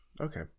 Okay